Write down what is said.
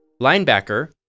Linebacker